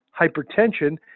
hypertension